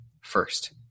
first